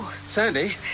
Sandy